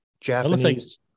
Japanese